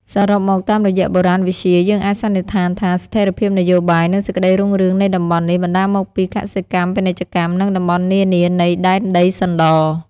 សរុបមកតាមរយៈបុរាណវិទ្យា យើងអាចសន្និដ្ឋានថា ស្ថេរភាពនយោបាយ និងសេចក្តីរុងរឿងនៃតំបន់នេះ បណ្តាលមកពីកសិកម្ម ពាណិជ្ជកម្ម និង តំបន់នានានៃ ដែនដីសណ្ដរ ។